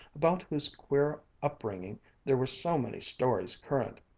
about whose queer upbringing there were so many stories current,